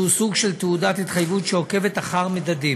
שהוא סוג של תעודת התחייבות שעוקבת אחר מדדים,